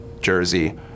jersey